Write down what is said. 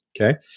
Okay